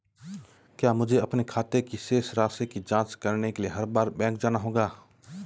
क्या मुझे अपने खाते की शेष राशि की जांच करने के लिए हर बार बैंक जाना होगा?